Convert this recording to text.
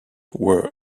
were